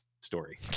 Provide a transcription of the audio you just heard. story